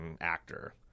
actor